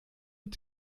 mit